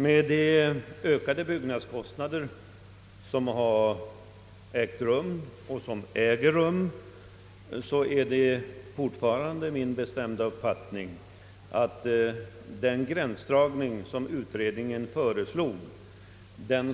Med den ökning av byggnadskostnaderna som har ägt rum och som alltjämt äger rum är det fortfarande min bestämda uppfattning, att den gränsdragning som utredningen föreslog